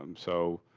um so,